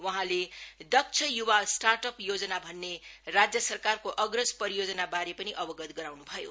वहाँले दक्ष य्वा स्टार्ट अप योजना भन्ने राज्य सरकारको अग्रज परियोजना बारे पनि अवगत गराउन् भयो